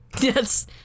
Yes